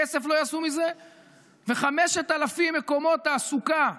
כסף לא יעשו מזה ו-5,000 מקומות תעסוקה בדרום,